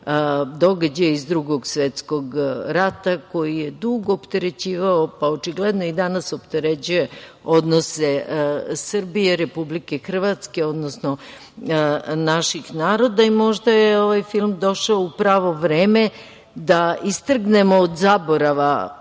događaji iz Drugog svetskog rata, koji je dugo opterećivao, pa očigledno i danas opterećuje odnose Srbije, Republike Hrvatske, odnosno naših naroda i možda je ovaj film došao u pravo vreme da istrgnemo od zaborava